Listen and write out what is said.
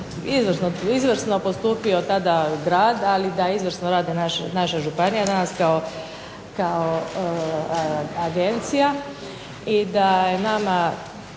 izvrsno postupio tada grad, ali da izvrsno rade naše županije, …/Govornica udaljena